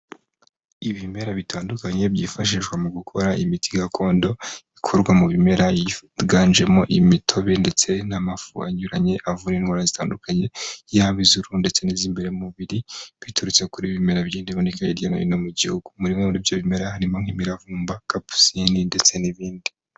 Ibimera bitandukanye byifashishwa mu gukora imiti gakondo, ikorwa mu bimera yiganjemo imitobe ndetse n'amafu anyuranye avura indwara zitandukanye. Yaba iz'uruhu ndetse n'iz' imbere mu mubiri, biturutse kuri bimera biboneka hirya no hino mu gihugu. Muri ibyo bimera hari nk'imiravumba, capusinine ndetse n'ibindi.